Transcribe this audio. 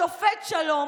שופט שלום",